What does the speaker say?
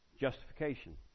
justification